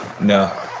No